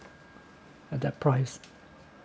at that price